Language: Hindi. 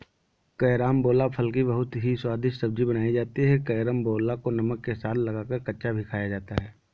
कैरामबोला फल की बहुत ही स्वादिष्ट सब्जी बनाई जाती है कैरमबोला को नमक के साथ लगाकर कच्चा भी खाया जाता है